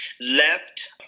left